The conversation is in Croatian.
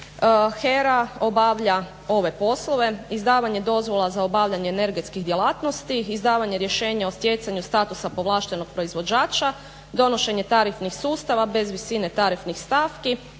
HER-a obavlja ove poslove: izdavanje dozvola za obavljanje energetskih djelatnosti, izdavanje rješenja o stjecanju statusa povlaštenog proizvođača, donošenje tarifnih sustava bez visine tarifnih stavki,